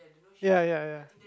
ya ya ya